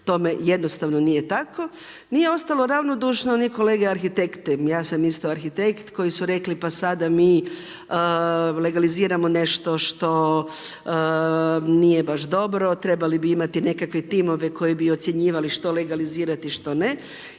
tome jednostavno nije tako. Nije ostalo ravnodušno ni kolega arhitekte, ja sam isto arhitekt koji su rekli pa sada mi legaliziramo nešto što nije baš dobro, trebali bi imati nekakve timove koji bi ocjenjivali što legalizirati što ne.